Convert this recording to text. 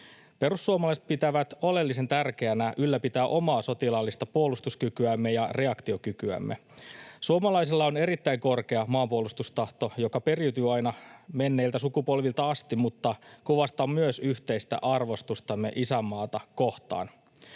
Perussuomalaiset pitävät oleellisen tärkeänä ylläpitää omaa sotilaallista puolustuskykyämme ja reaktiokykyämme. Suomalaisilla on erittäin korkea maanpuolustustahto, joka periytyy aina menneiltä sukupolvilta asti mutta kuvastaa myös yhteistä arvostustamme isänmaata kohtaan.